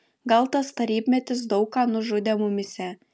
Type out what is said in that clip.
gal tas tarybmetis daug ką nužudė mumyse